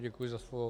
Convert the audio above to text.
Děkuji za slovo.